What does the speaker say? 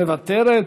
מוותרת.